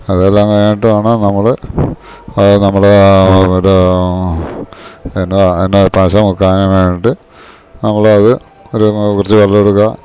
അതെല്ലാം കഴിഞ്ഞിട്ട് വേണം നമ്മൾ നമ്മുടെ എന്താ എന്ന പശ മുക്കാന്ന് പറഞ്ഞിട്ട് നമ്മളെ അത് ഒരു കുറച്ച് വെള്ളമെടുക്കാ